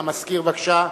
המזכיר, בבקשה.